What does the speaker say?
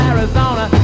Arizona